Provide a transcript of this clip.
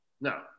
No